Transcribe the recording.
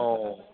ओ